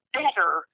better